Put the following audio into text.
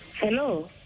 Hello